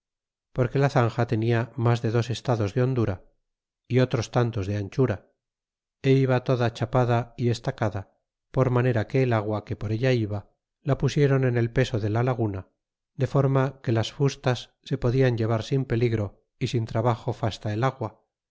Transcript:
tesaico porque la zanja tenla mas de dos es lados de hondura y otros tantos de anchura y iba toda chapa da y estacada por manera que el agua que por ella iba la pu sidron en el peso de la laguna de forma que las fustas se po dian llevar sin peligro y sin trabajo fasta el agua